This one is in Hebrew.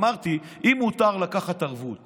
אמרתי: אם מותר לקחת ערבות